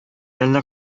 әллә